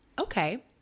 okay